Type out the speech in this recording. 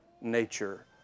nature